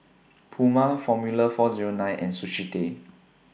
Puma Formula four Zero nine and Sushi Tei